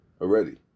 already